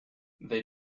they